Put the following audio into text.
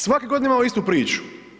Svake godine imamo istu priču.